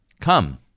Come